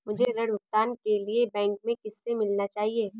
मुझे ऋण भुगतान के लिए बैंक में किससे मिलना चाहिए?